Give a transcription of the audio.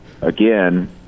again